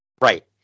Right